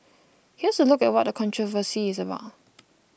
here's a look at what the controversy is about